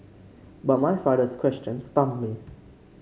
but my father's question stumped me